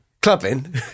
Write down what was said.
Clubbing